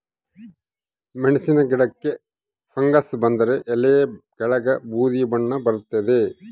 ಮೆಣಸಿನ ಗಿಡಕ್ಕೆ ಫಂಗಸ್ ಬಂದರೆ ಎಲೆಯ ಕೆಳಗೆ ಬೂದಿ ಬಣ್ಣ ಬರ್ತಾದೆ